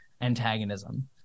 antagonism